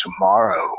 tomorrow